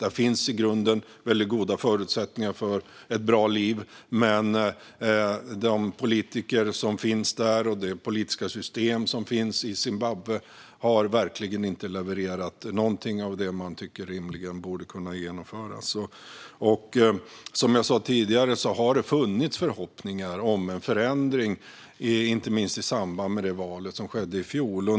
Där finns i grunden goda förutsättningar för ett bra liv, men de politiker och det politiska system som finns i Zimbabwe har verkligen inte levererat någonting av det man tycker rimligen borde kunna genomföras. Som jag sa tidigare har det funnits förhoppningar om en förändring, inte minst i samband med det val som hölls i fjol.